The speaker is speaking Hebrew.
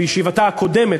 בישיבתה הקודמת,